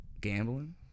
Gambling